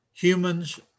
humans